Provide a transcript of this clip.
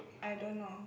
I don't know